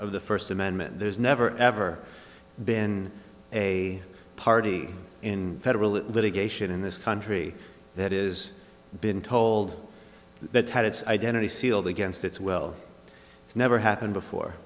of the first amendment there's never ever been a party in federal that litigation in this country that is been told that had its identity sealed against it's well it's never happened before